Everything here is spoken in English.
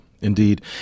indeed